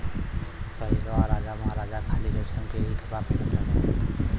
पहिले राजामहाराजा खाली रेशम के ही कपड़ा पहिनत रहे